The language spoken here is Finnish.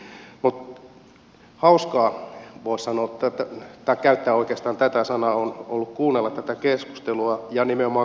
mutta hauskaa voisi käyttää oikeastaan tätä sanaa on ollut kuunnella tätä keskustelua ja nimenomaan keskustan osalta